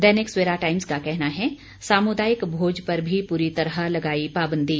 दैनिक Savera Times का कहना है सामुदायिक भोज पर भी पूरी तरह लगाई पाबंदी